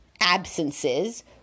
absences